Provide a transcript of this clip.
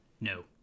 No